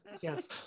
Yes